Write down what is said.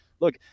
look –